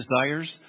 desires